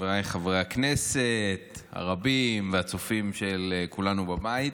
חבריי חברי הכנסת הרבים והצופים של כולנו בבית,